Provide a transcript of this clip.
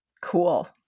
Cool